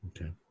Okay